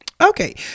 okay